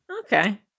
Okay